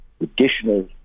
additional